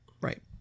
right